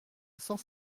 cent